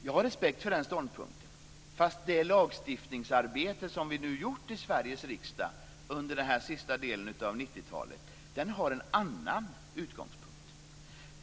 Jag har respekt för den ståndpunkten, även om det lagstiftningsarbete som vi har utfört i Sveriges riksdag under den sista delen av 90-talet har en annan utgångspunkt.